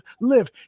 live